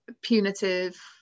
punitive